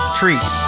treat